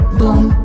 boom